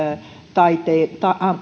taiteen